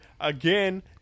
again